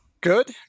good